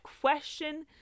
Question